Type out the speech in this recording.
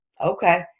Okay